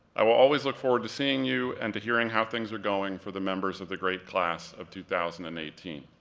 i will always look forward to seeing you and to hearing how things are going for the members of the great class of two thousand and eighteen.